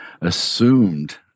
assumed